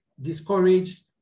discouraged